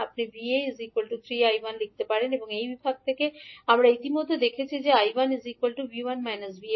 আপনি 𝐕𝑎 3𝐈1 লিখতে পারেন এবং এই বিভাগ থেকে আমরা ইতিমধ্যে দেখেছি যে 𝐈1 𝐕1 𝐕𝑎 10